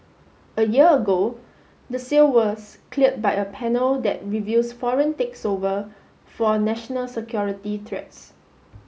a year ago the sale was cleared by a panel that reviews foreign takes over for national security threats